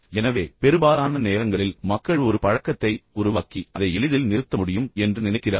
எனவே பெரும்பாலான நேரங்களில் மக்கள் ஒரு பழக்கத்தை உருவாக்கி அதை எளிதில் நிறுத்த முடியும் என்று நினைக்கிறார்கள்